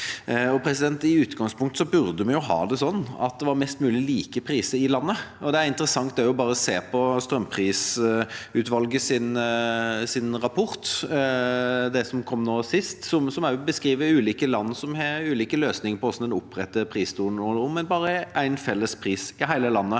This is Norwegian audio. variasjoner. I utgangspunktet burde vi ha det sånn at det var mest mulig like priser i landet. Det er interessant å se på strømprisutvalgets rapport, den som kom nå sist, som også beskriver ulike land som har ulike løsninger på hvordan en oppretter prisområder, om en bare har én felles pris i hele landet,